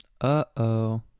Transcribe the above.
Uh-oh